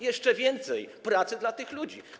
Jeszcze więcej pracy dla tych ludzi.